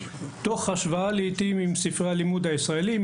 תוך השוואה לעיתים עם ספרי הלימודים הישראליים.